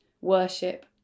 worship